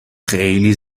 خیلی